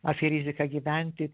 apie riziką gyventi